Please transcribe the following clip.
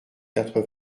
quatre